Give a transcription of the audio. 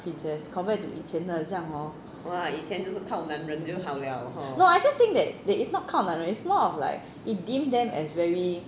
princess compare to 以前的很像 hor no I just think that that it's not 靠男人 its more of like it deem them as very